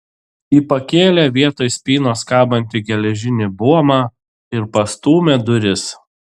ji pakėlė vietoj spynos kabantį geležinį buomą ir pastūmė duris